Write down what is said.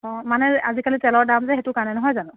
অ মানে আজিকালি তেলৰ দাম যে সেইটো কাৰণে নহয় জানো